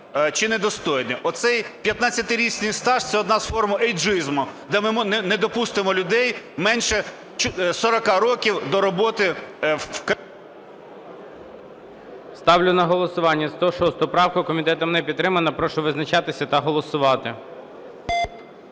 чи недостойний. Оцей 15-річний стаж – це одна з форм ейджизму, де ми не допустимо людей менше 40 років до роботи в… ГОЛОВУЮЧИЙ. Ставлю на голосування 106 правку. Комітетом не підтримана. Прошу визначатися та голосувати.